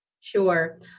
Sure